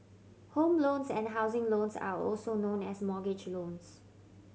home loans and housing loans are also known as mortgage loans